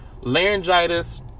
laryngitis